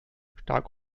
stark